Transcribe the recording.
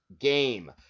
game